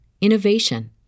innovation